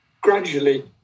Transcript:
gradually